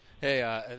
Hey